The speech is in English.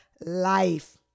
life